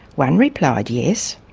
one replied yes.